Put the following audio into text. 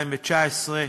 219),